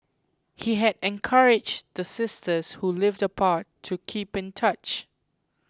he had encouraged the sisters who lived apart to keep in touch